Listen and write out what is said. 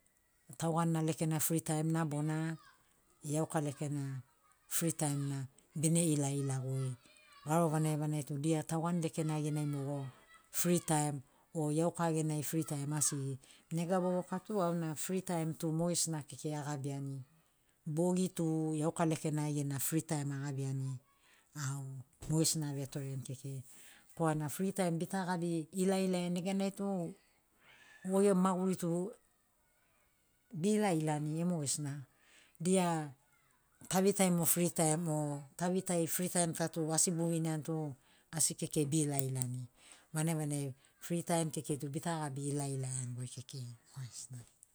Tauanina lekena fritaim na bona iauka lekena fritaim na bene ilaila goi garo vanagi vanagi tu dia tauani lekena genai mogo fritaim o iauka genai fritaim asigi nega vovoka tu auna fritaim tu mogesina kekei agabiani bogi tu iauka lekena gena fritaim agabiani mogesina avetoreni kekei korana fritaim bita gabi ilailaiani neganai tu goi gemu maguri tu beilailani e mogesina